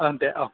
ओह दे औ